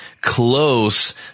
close